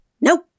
nope